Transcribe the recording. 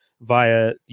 via